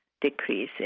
decreasing